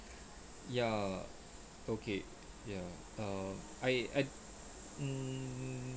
ya okay ya err I I mm